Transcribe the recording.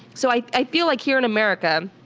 so i i feel like here in america,